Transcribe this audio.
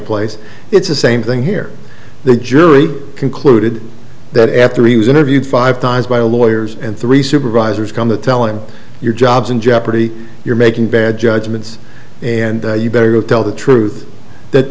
place it's the same thing here the jury concluded that after he was interviewed five times by lawyers and three supervisors come to tell him your job's in jeopardy you're making bad judgments and you better tell the truth that